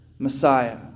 Messiah